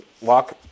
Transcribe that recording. walk